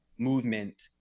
movement